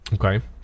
Okay